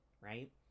right